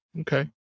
okay